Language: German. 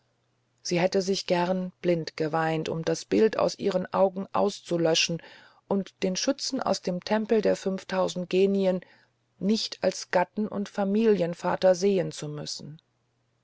sie hätte sich gern blind geweint um das bild aus ihren augen auszulöschen und den schützen aus dem tempel der fünftausend genien nicht als gatten und familienvater sehen zu müssen